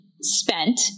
spent